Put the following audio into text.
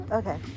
okay